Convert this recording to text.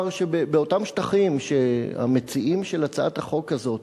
שבאותם שטחים שהמציעים של הצעת החוק הזאת